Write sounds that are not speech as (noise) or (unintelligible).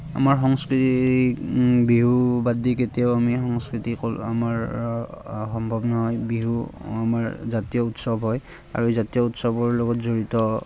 আমাৰ সংস্কৃতি বিহু বাদ দি কেতিয়াও আমি সংস্কৃতি (unintelligible) আমাৰ সম্ভৱ নহয় বিহু আমাৰ জাতীয় উৎসৱ হয় আৰু এই জাতীয় উৎসৱৰ লগত জড়িত